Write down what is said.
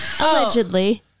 Allegedly